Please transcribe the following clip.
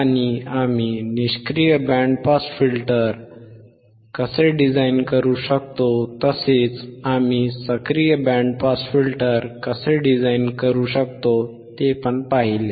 आणि आम्ही निष्क्रिय बँड पास फिल्टर कसे डिझाइन करू शकतो तसेच आम्ही सक्रिय बँड पास फिल्टर कसे डिझाइन करू शकतो ते पण पाहिले